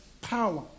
power